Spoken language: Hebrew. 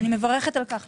אני מברכת על כך.